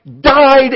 died